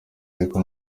ariko